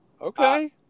Okay